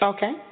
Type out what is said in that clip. Okay